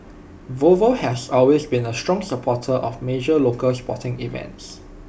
Volvo has always been A strong supporter of major local sporting events